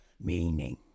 meaning